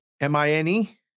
M-I-N-E